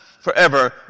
forever